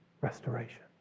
Restoration